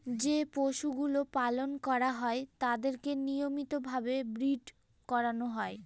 যে পশুগুলো পালন করা হয় তাদেরকে নিয়মিত ভাবে ব্রীড করানো হয়